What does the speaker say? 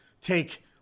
take